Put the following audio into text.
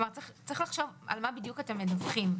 צריך לחשוב על מה בדיוק אתם מדווחים.